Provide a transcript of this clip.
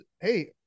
Hey